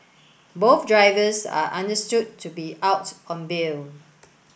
both drivers are understood to be out on bail